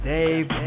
Dave